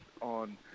on